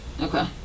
Okay